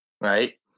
right